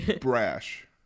brash